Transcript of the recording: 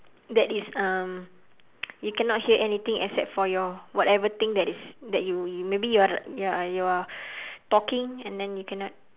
that is um you cannot hear anything except for your whatever thing that is that you you maybe you are you are you are talking and then you cannot